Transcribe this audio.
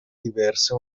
diverse